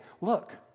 look